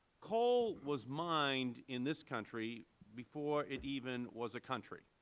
coal was mined in this country before it even was a country.